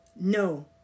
no